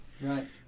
Right